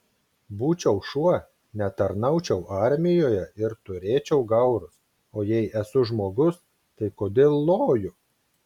būčiau šuo netarnaučiau armijoje ir turėčiau gaurus o jei esu žmogus tai kodėl loju